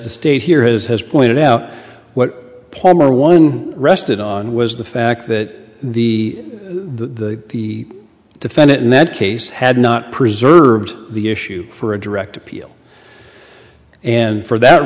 the state here has pointed out what palmer one rested on was the fact that the the the defendant in that case had not preserved the issue for a direct appeal and for that